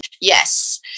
Yes